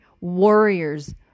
Warriors